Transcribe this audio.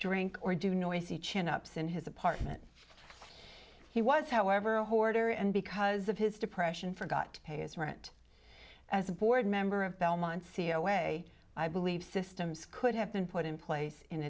drink or do noisy chin ups in his apartment he was however a hoarder and because of his depression forgot to pay his rent as a board member of belmont see a way i believe systems could have been put in place in